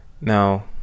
now